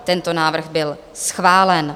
Tento návrh byl schválen.